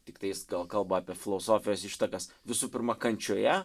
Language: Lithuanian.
tiktais gal kalba apie filosofijos ištakas visų pirma kančioje